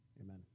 amen